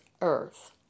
earth